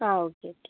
ആ okay okay